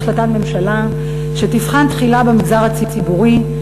החלטת ממשלה שתיבחן תחילה במגזר הציבורי,